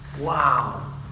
Wow